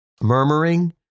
Murmuring